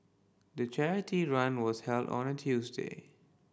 the charity run was held on a Tuesday